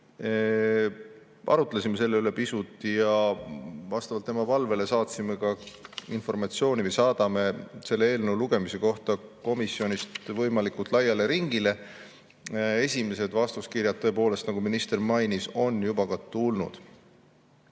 Arutlesime selle üle pisut ja vastavalt tema palvele saadame informatsiooni selle eelnõu lugemise kohta komisjonis võimalikult laiale ringile. Esimesed vastuskirjad tõepoolest, nagu minister mainis, on juba tulnud.